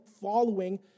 following